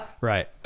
right